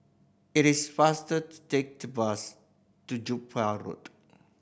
it is faster to take the bus to Jupiter Road